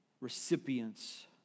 recipients